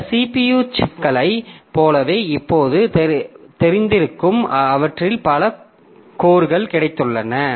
இந்த CPU சிப்ஸ்களைப் போலவே இப்போது தெரிந்திருக்கும் அவற்றில் பல கோர்கள் கிடைத்துள்ளன